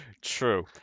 True